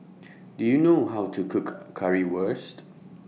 Do YOU know How to Cook Currywurst